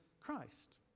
Christ